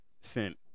sent